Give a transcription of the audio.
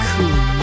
Cool